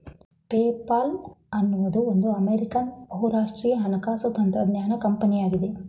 PayPal ಎನ್ನುವುದು ಒಂದು American ಬಹುರಾಷ್ಟ್ರೀಯ ಹಣಕಾಸು ತಂತ್ರಜ್ಞಾನ ಕಂಪನಿಯಾಗಿದೆ